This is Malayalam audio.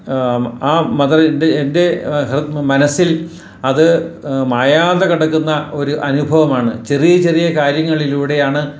ആ മദർ എ എൻ്റെ മനസ്സിൽ അത് മായാതെ കിടക്കുന്ന ഒരു അനുഭവമാണ് ചെറിയ ചെറിയ കാര്യങ്ങളിലൂടെയാണ്